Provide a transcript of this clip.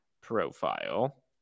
profile